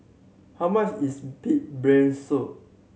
how much is pig brain soup